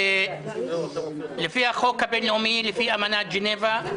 לפי החוק הבין-לאומי, לפי אמנת ז'נבה,